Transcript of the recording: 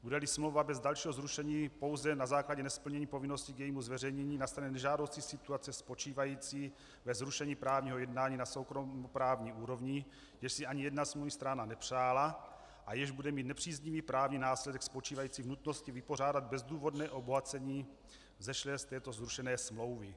Budeli smlouva bez dalšího zrušení pouze na základě nesplnění povinnosti k jejímu zveřejnění na straně nežádoucí situace spočívající ve zrušení právního jednání na soukromoprávní úrovni, jež si ani jedna smluvní strana nepřála a jež bude mít nepříznivý právní následek spočívající v nutnosti vypořádat bezdůvodné obohacení vzešlé z této zrušené smlouvy.